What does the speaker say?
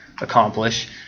accomplish